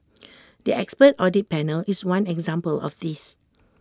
the expert audit panel is one example of this